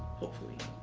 hopefully.